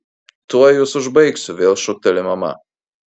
tuoj jus užbaigsiu vėl šūkteli mama